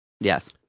Yes